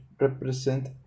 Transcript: represent